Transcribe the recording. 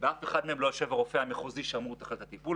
כותרת הדיון